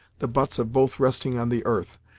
the butts of both resting on the earth,